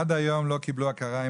עד היום לא קיבלו הכרה.